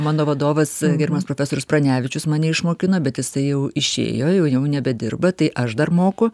mano vadovas gerbiamas profesorius pranevičius mane išmokino bet jisai jau išėjo jau jau nebedirba tai aš dar moku